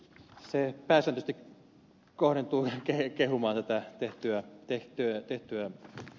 se pääsääntöisesti kohdentuu kehumaan tätä tehtyä lakiesitystä